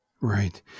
Right